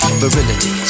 virility